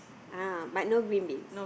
ah but no green beans